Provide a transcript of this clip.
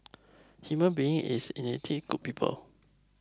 human beings is innately good people